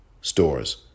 stores